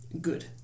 Good